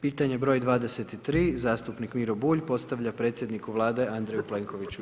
Pitanje broj 23. zastupnik Miro Bulj, postavlja predsjedniku Vlade, Andreju Plenkoviću.